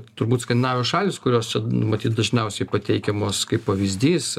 turbūt skandinavijos šalys kurios čia matyt dažniausiai pateikiamos kaip pavyzdys